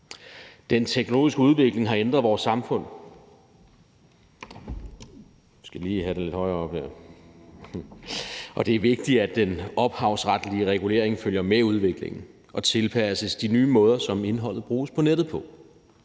Den teknologiske udvikling har ændret vores samfund, og det er vigtigt, at den ophavsretlige regulering følger med udviklingen og tilpasses de nye måder, som indholdet bruges på nettet på.